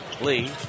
Lee